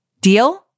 Deal